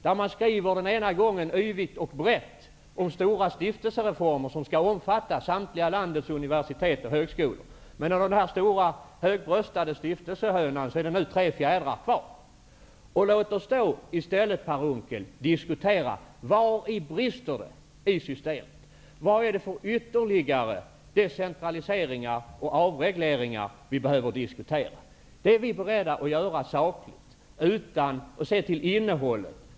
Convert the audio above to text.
Man har t.ex. skrivit yvigt och brett om stora stiftelsereformer som skall omfatta samtliga landets universitet och högskolor. Av denna stora högröstade stiftelsehöna är det nu bara tre fjädrar kvar. Låt oss då i stället, Per Unckel, diskutera var det brister i systemet. Vilka ytterligare decentraliseringar och avregleringar är det som vi behöver diskutera? Det är vi beredda att göra sakligt och med utgångspunkt i innehållet.